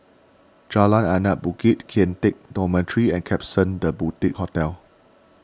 Jalan Anak Bukit Kian Teck Dormitory and Klapsons the Boutique Hotel